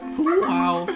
Wow